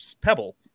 Pebble